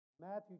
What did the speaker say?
Matthew